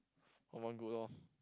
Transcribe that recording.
common good loh